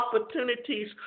opportunities